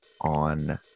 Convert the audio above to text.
on